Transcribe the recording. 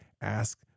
ask